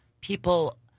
people